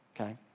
okay